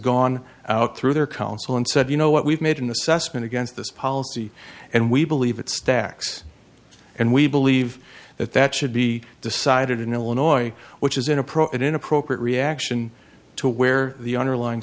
gone out through their counsel and said you know what we've made in the sussman against this policy and we believe it stacks and we believe that that should be decided in illinois which is inappropriate inappropriate reaction to where the underlying